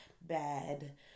bad